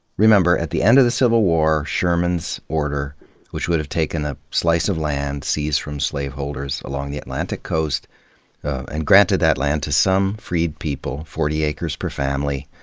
remember, at the end of the civil war, sherman's order which would have taken a slice of land seized from slaveholders along the atlantic coast and granted that land to some freed people, forty acres per family,